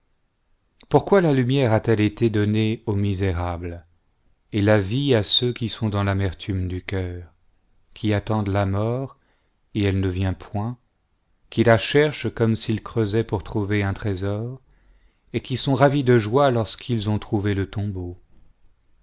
pourquoi la lumière a-t-elle été donnée au misérable et la vie à ceux qui sont dans l'amertume du coeur qui attendent la mort et elle ne vient point qui la cherchent comme s'ils creusaient pour trouver un trésor et qui sont ravis de joie lorsqu'ils ont trouvé le tombeau